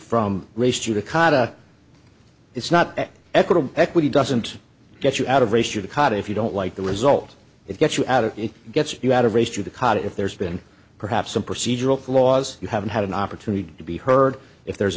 judicata it's not equitable equity doesn't get you out of race you're caught if you don't like the result it gets you out of it gets you out of race to the cot if there's been perhaps some procedural flaws you haven't had an opportunity to be heard if there's